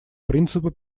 принципа